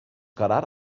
karar